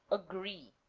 agree